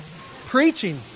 preaching